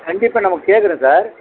கண்டிப்பாக நமக்கு கேட்குறேன் சார்